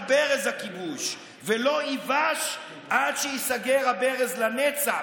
ברז הכיבוש ולא ייבש עד שייסגר הברז לנצח,